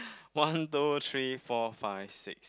one two three four five six